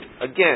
again